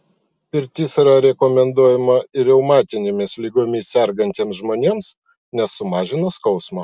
pirtis yra rekomenduojama ir reumatinėmis ligomis sergantiems žmonėms nes sumažina skausmą